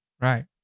right